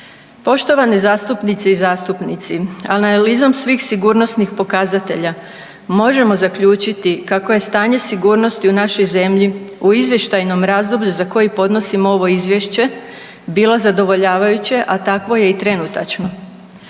Poštovane zastupnice i zastupnici, analizom svih sigurnosnih pokazatelja možemo zaključiti kako je stanje sigurnosti u našoj zemlji u izvještajnom razdoblju za koji podnosimo ovo izvješće bilo zadovoljavajuće, a takvo je i trenutačno.